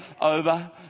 over